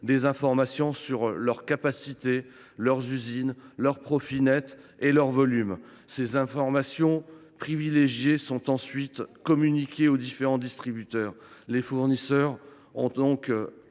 des informations sur leurs capacités, leurs usines, leurs profits nets et leurs volumes. Ces informations privilégiées sont ensuite communiquées aux différents distributeurs. Les fournisseurs ont alors